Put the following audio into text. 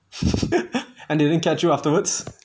and they didn't catch you afterwards